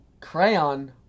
crayon